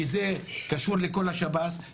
כי זה קשור לכל השב"ס,